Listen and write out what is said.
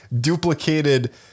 duplicated